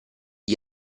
gli